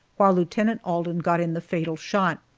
while lieutenant alden got in the fatal shot.